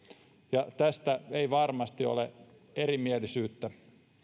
ja tästä ei varmasti ole erimielisyyttä